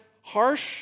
harsh